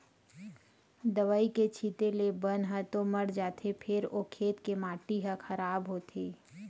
दवई के छिते ले बन ह तो मर जाथे फेर ओ खेत के माटी ह खराब होथे